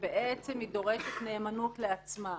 כשבעצם היא דורשת נאמנות לעצמה.